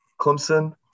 Clemson